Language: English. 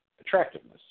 Attractiveness